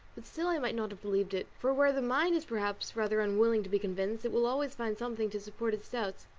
but still i might not have believed it, for where the mind is perhaps rather unwilling to be convinced, it will always find something to support its doubts,